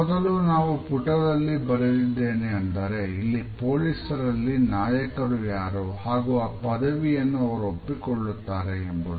ಮೊದಲು ನಾವು ಪುಟದಲ್ಲಿ ಬರೆದಿದ್ದೇನೆ ಅಂದರೆ ಇಲ್ಲಿ ಪೊಲೀಸರಲ್ಲಿ ನಾಯಕರು ಯಾರು ಹಾಗೂ ಆ ಪದವಿಯನ್ನು ಅವರು ಒಪ್ಪಿಕೊಳ್ಳುತ್ತಾರೆ ಎಂಬುದು